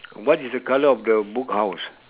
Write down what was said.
what is the colour of the book house